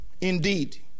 Indeed